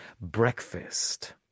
Breakfast